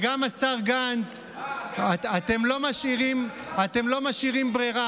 גם השר גנץ, תגיד, זה נאום של אחדות?